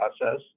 process